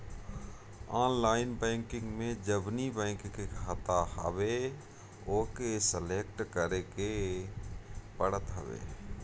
online banking में जवनी bank के खाता हवे ओके सलेक्ट करे के पड़त हवे